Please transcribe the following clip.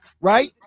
right